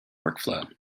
workflow